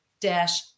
dash